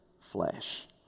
flesh